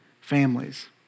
families